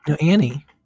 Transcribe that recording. Annie